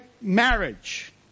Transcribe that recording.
marriage